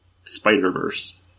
Spider-Verse